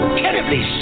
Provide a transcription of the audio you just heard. terribly